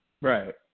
Right